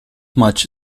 much